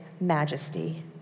majesty